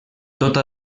tota